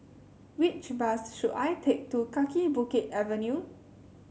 which bus should I take to Kaki Bukit Avenue